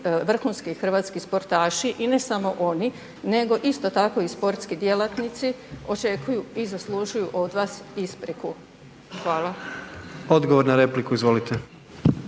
vrhunski hrvatski sportaši i ne samo oni, nego isto tako i sportski djelatnici očekuju i zaslužuju od vas ispriku. Hvala. **Jandroković,